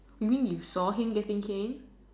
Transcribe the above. you mean you saw him getting cane